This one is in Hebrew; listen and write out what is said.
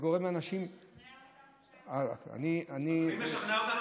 אתה משכנע אותנו